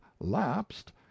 lapsed